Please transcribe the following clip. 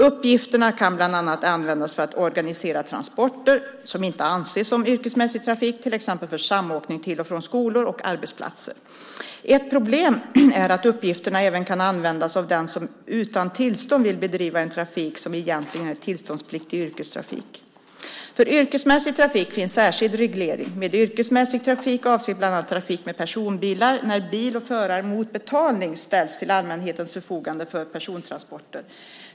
Uppgifterna kan bland annat användas för att organisera transporter som inte anses som yrkesmässig trafik, till exempel för samåkning till och från skolor och arbetsplatser. Ett problem är att uppgifterna även kan användas av den som utan tillstånd vill bedriva en trafik som egentligen är tillståndspliktig yrkestrafik. För yrkesmässig trafik finns särskild reglering. Med yrkesmässig trafik avses bland annat trafik med personbilar när bil och förare mot betalning ställs till allmänhetens förfogande för persontransporter.